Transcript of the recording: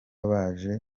baje